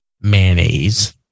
mayonnaise